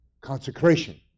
consecration